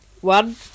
one